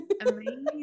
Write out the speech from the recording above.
amazing